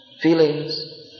feelings